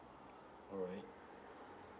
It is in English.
all right